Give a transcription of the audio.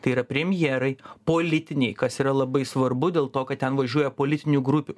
tai yra premjerai politiniai kas yra labai svarbu dėl to kad ten važiuoja politinių grupių